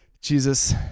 Jesus